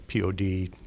POD